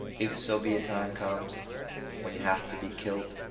if so be a time comes when yeh have to be kilt